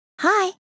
Hi